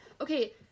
Okay